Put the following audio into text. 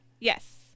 Yes